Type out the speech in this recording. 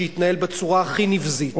שהתנהל בצורה הכי נבזית,